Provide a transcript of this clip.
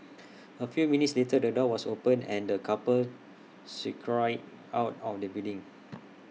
A few minutes later the door was opened and the couple scurried out of the building